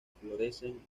florecen